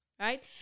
Right